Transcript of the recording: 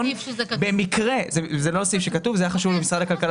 זה לא סעיף שכתוב אבל היה חשוב למשרד הכלכלה